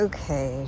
Okay